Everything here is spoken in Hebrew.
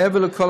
מעבר לכול,